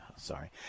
Sorry